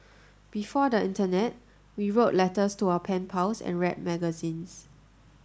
before the internet we wrote letters to our pen pals and read magazines